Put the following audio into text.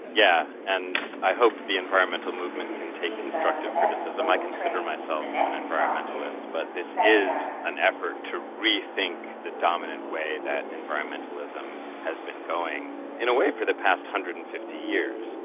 yeah and i hope the environmental movement can take constructive criticism. i consider myself an environmentalist. but this is an effort to rethink the dominant way that environmentalism has been going in a way for the past one hundred and fifty years.